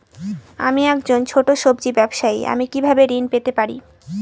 আমি একজন ছোট সব্জি ব্যবসায়ী আমি কিভাবে ঋণ পেতে পারি?